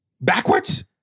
backwards